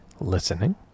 listening